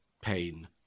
pain